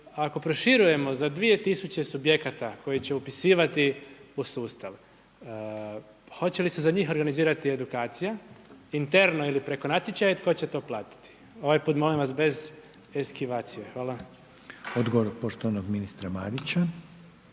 ako proširujemo za 2000 subjekata, koji će upisivati u sustav, hoće li se za njih organizirati edukacija, interno ili preko natječaja i tko će to platiti? Ovaj put molim vas bez estivacije. Hvala. **Reiner, Željko (HDZ)** Odgovor poštovanog ministra Marića.